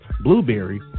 Blueberry